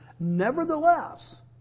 nevertheless